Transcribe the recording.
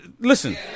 listen